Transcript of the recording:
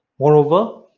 moreover,